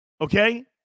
Okay